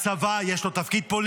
הצבא, יש לו תפקיד פוליטי.